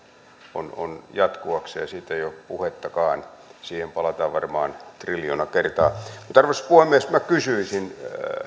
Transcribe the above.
on jatkuakseen siitä ei ole puhettakaan siihen palataan varmaan triljoona kertaa arvoisa puhemies minä kysyisin